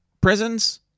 prisons